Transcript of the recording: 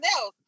else